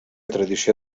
tradició